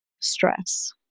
stress